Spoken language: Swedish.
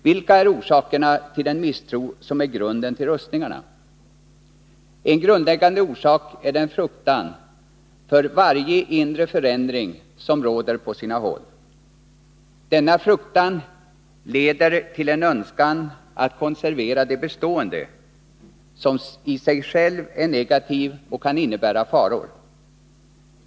Vilka är orsakerna till den misstro som är grunden till rustningarna? En grundläggande orsak är den fruktan för varje inre förändring som råder på sina håll. Denna fruktan leder till en önskan att konservera det bestående som i sig själv är negativ och kan innebära faror.